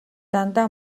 дандаа